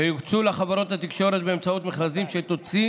ויוקצו לחברות התקשורת באמצעות מכרזים שתוציא